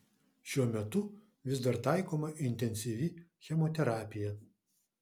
šiuo metu vis dar taikoma intensyvi chemoterapija